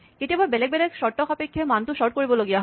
কেতিয়াবা বেলেগ বেলেগ চৰ্ত সাপেক্ষে মানটোৰ চৰ্ট কৰিবলগা হয়